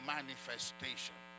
Manifestation